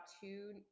two